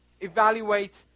Evaluate